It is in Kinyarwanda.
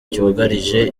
cyugarije